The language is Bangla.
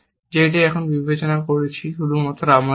যে আমরা এটি বিবেচনা করছি শুধু আমাদের জন্য